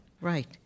Right